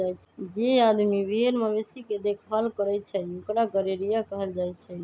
जे आदमी भेर मवेशी के देखभाल करई छई ओकरा गरेड़िया कहल जाई छई